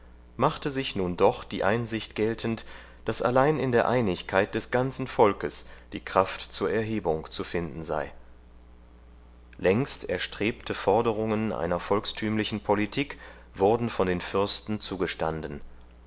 machte sich nun doch die einsicht geltend daß allein in der einigkeit des ganzen volkes die kraft zur erhebung zu finden sei längst erstrebte forderungen einer volkstümlichen politik wurden von den fürsten zugestanden